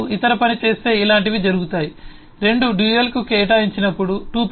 నేను ఇతర పని చేస్తే ఇలాంటివి జరుగుతాయి 2 dual కు కేటాయించినప్పుడు 2